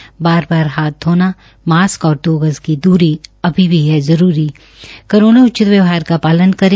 बार बार हाथ धोना मास्क और दो गज की द्री अभी भी है जरूरी कोरोना उचित व्यवहार का पालन करे